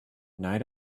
night